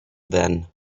then